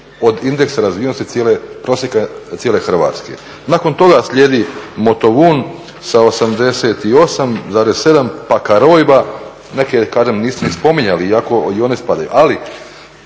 od indeksa razvijenosti prosjeka cijele Hrvatske, nakon toga slijedi Motovun sa 88,7 pa Karojba neke kažem niste ni spominjali iako i one spadaju. Ali